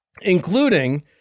including